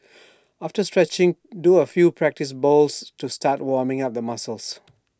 after stretching do A few practice bowls to start warming up the muscles